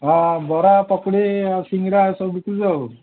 ହଁ ବରା ପକୁଡ଼ି ଆଉ ସିଙ୍ଗଡ଼ା ଏସବୁ ବିକୁଛୁ ଆଉ